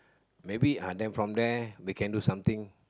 maybe uh then from there we can do something